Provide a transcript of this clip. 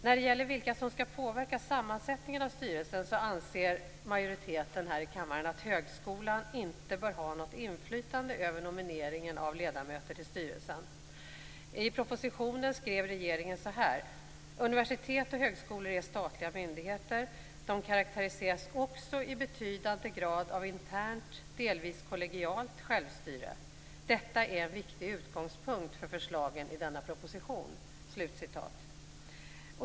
När det gäller vilka som skall påverka sammansättningen av styrelserna anser majoriteten här i kammaren att högskolan inte bör ha något inflytande över nomineringen av ledamöter till styrelsen. I propositionen skriver regeringen: "Universitet och högskolor är statliga myndigheter. De karaktäriseras också i betydande grad av internt, delvis kollegialt självstyre. Detta är en viktig utgångspunkt för förslagen i denna proposition."